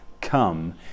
come